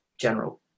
general